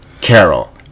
Carol